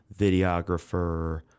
videographer